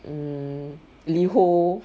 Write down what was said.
mm liho